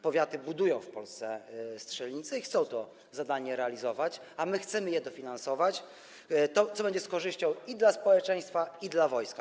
Powiaty budują w Polsce strzelnice i chcą to zadanie realizować, a my chcemy je dofinansować, co będzie z korzyścią i dla społeczeństwa, i dla wojska.